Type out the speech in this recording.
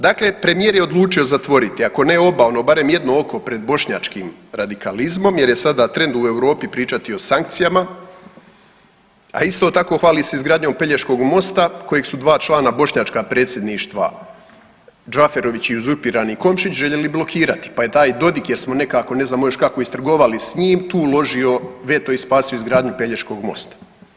Dakle, premijer je odlučio zatvoriti ako ne oba ono barem jedno oko pred bošnjačkim radikalizmom jer je sad trend u Europi pričati o sankcijama, a isto tako hvali se izgradnjom Pelješkog mosta kojeg su dva člana bošnjačka predsjedništva Džaferović i uzurpirani Komšić željeli blokirati, pa je taj Dodik jer smo nekako, ne znamo još kako istrgovali s njim tu uložio veto i spasio izgradnju Pelješkog mosta.